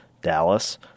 Dallas